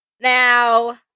now